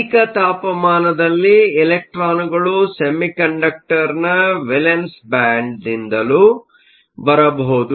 ಅಧಿಕ ತಾಪಮಾನದಲ್ಲಿ ಎಲೆಕ್ಟ್ರಾನ್ಗಳು ಸೆಮಿಕಂಡಕ್ಟರ್ನ ವೇಲೆನ್ಸ್ ಬ್ಯಾಂಡ್ನಿಂದಲೂ ಬರಬಹುದು